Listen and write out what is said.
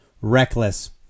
reckless